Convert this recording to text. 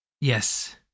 Yes